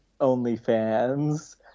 OnlyFans